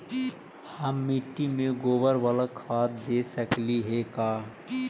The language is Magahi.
हम मिट्टी में गोबर बाला खाद दे सकली हे का?